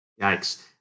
Yikes